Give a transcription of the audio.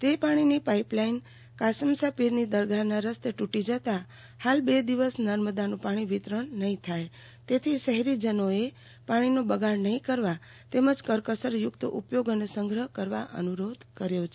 તે પાણીની લાઈન કાશમશા પીરની દરગાહના રસ્તે ટુટી જતાં હાલ બે દિવસ નર્મદાનું પાણી વિતરીત નહી થાય તેથી શહીરીજનોએ પાણીનો બગાડ નહી કરવા તેમજ કરકસરયુક્ત ઉપયોગ અને સંગ્રહ કરવા અનુરોધ કરાયો છે